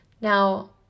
Now